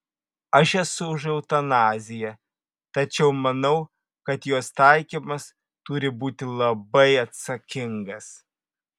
aš esu už eutanaziją tačiau manau kad jos taikymas turi būti labai atsakingas